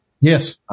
Yes